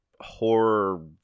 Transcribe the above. horror